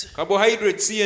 Carbohydrates